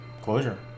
closure